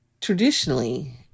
traditionally